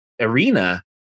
arena